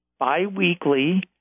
biweekly